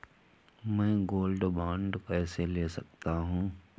मैं gold bond कैसे ले सकता हूँ?